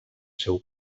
seu